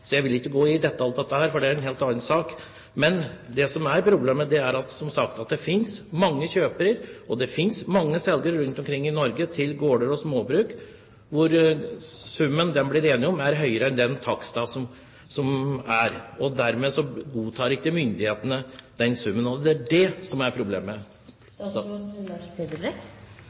Jeg vil ikke gå i detalj her, for det er en helt annen sak. Men det som er problemet, er at det, som sagt, finnes mange kjøpere, og det finnes mange selgere rundt omkring i Norge av gårder og småbruk der summen man blir enig om, er høyere enn taksten. Dermed godtar ikke myndighetene den summen. Det er det som er problemet.